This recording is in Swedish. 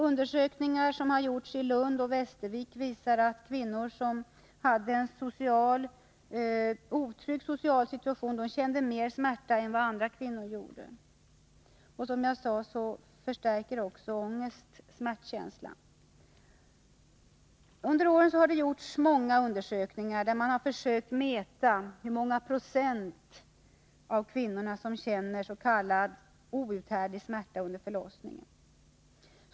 Undersökningar som har gjorts i Lund och Västervik visar att kvinnor som hade en otrygg social situation kände mer smärta än vad andra kvinnor gjorde. Ångest förstärker också smärtkänslan. Under åren har det gjorts många undersökningar där man har försökt mäta hur många procent av kvinnorna som känner ”outhärdlig” smärta under förlossningen.